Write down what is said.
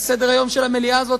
לסדר-היום של המליאה הזאת,